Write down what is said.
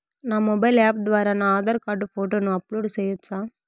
నా mobile app ద్వారా నా ఆధార్ కార్డు ఫోటోను అప్లోడ్ సేయొచ్చా?